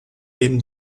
neben